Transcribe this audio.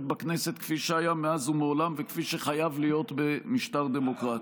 בכנסת כפי שהיה מאז ומעולם וכפי שחייב להיות במשטר דמוקרטי,